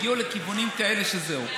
הגיעו לכיוונים כאלה שזהו.